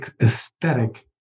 aesthetic